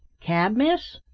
cab, miss?